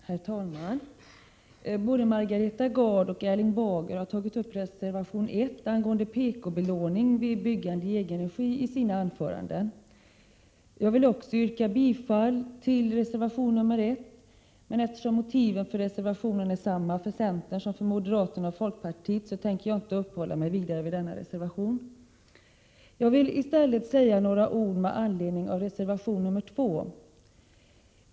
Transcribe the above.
Herr talman! Både Margareta Gard och Erling Bager har tagit upp reservation 1 angående pk-belåning vid byggande i egen regi i sina anföranden. Även jag vill yrka bifall till reservation nr 1, men eftersom motiven för reservationen är desamma för centern som för moderaterna och folkpartiet tänker jag inte uppehålla mig vidare vid denna reservation. Jag vill i stället säga några ord med anledning av reservation 2.